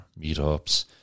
meetups